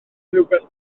rhywbeth